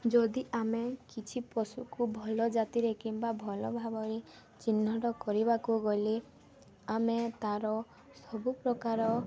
ଯଦି ଆମେ କିଛି ପଶୁକୁ ଭଲ ଜାତିରେ କିମ୍ବା ଭଲ ଭାବରେ ଚିହ୍ନଟ କରିବାକୁ ଗଲେ ଆମେ ତା'ର ସବୁପ୍ରକାର